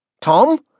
Tom